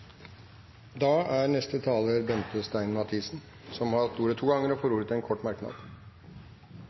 Da skal representanten Per Olaf Lundteigen få anledning til å gjengjelde den takken. Han har også hatt ordet to ganger og får ordet til en kort merknad,